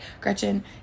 gretchen